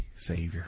Savior